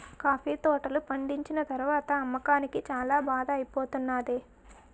coffee తోటలు పండిచ్చిన తరవాత అమ్మకానికి చాల బాధ ఐపోతానేది